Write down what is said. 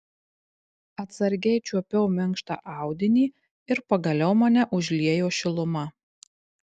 atsargiai čiuopiau minkštą audinį ir pagaliau mane užliejo šiluma